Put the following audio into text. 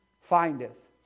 findeth